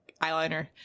eyeliner